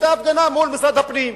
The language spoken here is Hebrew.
מול משרד הפנים,